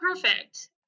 perfect